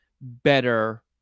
better